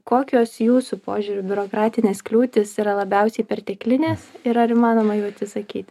kokios jūsų požiūriu biurokratinės kliūtys yra labiausiai perteklinės ir ar įmanoma jų atsisakyti